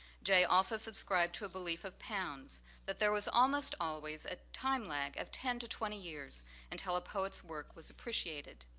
jay also subscribed to a belief of pounds that there was almost always a time lag of ten to twenty years until a poet's work was appreciated.